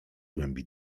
głębi